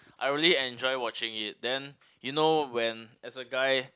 I really enjoy watching it then you know when as a guy